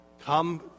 Come